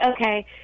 Okay